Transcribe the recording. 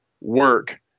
work